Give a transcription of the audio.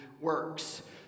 works